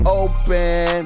open